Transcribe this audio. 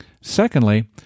Secondly